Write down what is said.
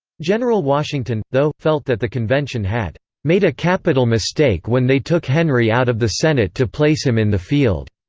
general washington, though, felt that the convention had made a capital mistake when they took henry out of the senate to place him in the field.